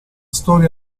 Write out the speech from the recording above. storia